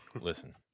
listen